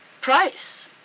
price